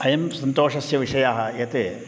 अयं सन्तोषस्य विषयः यत्